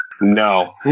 No